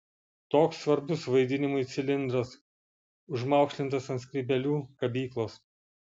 toks svarbus vaidinimui cilindras užmaukšlintas ant skrybėlių kabyklos